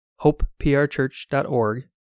hopeprchurch.org